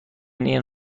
این